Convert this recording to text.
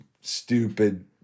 stupid